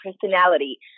personality